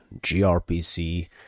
gRPC